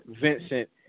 Vincent